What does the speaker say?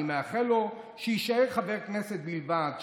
אני מאחל לו שיישאר חבר כנסת בלבד,